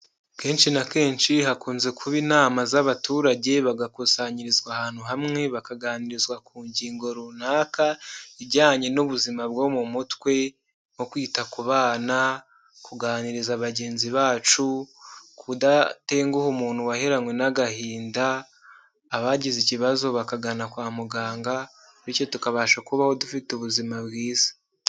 Kenshi na kenshi hakunze kuba inama z'abaturage bagakusanyirizwa ahantu hamwe bakaganirizwa ku ngingo runaka ijyanye n'ubuzima bwo mu mutwe mu kwita ku bana, kuganiriza bagenzi bacu, kudatenguha umuntu waheranywe n'agahinda abagize ikibazo bakagana kwa muganga , bityo tukabasha kubaho dufite ubuzima bwiza.